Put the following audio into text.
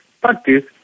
practice